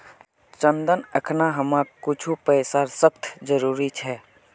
चंदन अखना हमाक कुछू पैसार सख्त जरूरत छ